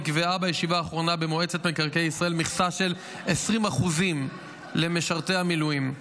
נקבעה בישיבה האחרונה במועצת מקרקעי ישראל מכסה של 20% למשרתי המילואים.